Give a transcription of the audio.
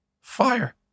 fire